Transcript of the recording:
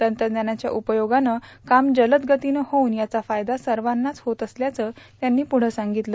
तंत्रज्ञानाच्या उपयोगानं काम जलदगतीनं होऊन याचा फायदा सर्वांनाच होत असल्यांचही पुढं ते म्हणाले